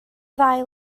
ddau